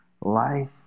life